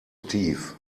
tief